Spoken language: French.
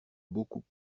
beaucoup